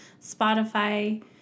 Spotify